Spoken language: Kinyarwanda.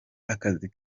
akazi